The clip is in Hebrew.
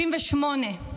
68,